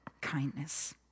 kindness